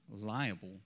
liable